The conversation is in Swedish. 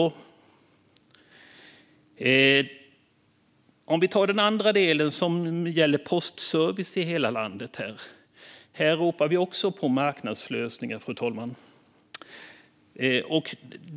Jag går vidare till den andra delen, som gäller postservice i hela landet. Här ropar vi också på marknadslösningar, fru talman.